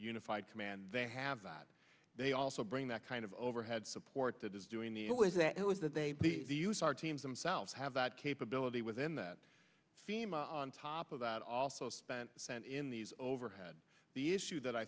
unified command they have that they also bring that kind of overhead support that is doing the ways that it was that they use our teams themselves have that capability within that theme on top of that also spent sent in these overhead the issue that i